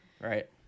Right